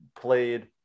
played